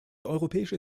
europäische